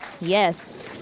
Yes